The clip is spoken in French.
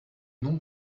noms